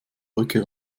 brücke